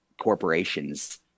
corporations